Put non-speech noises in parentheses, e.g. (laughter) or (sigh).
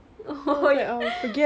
oh (laughs)